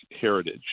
heritage